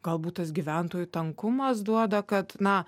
galbūt tas gyventojų tankumas duoda kad na